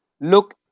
look